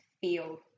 feel